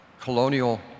colonial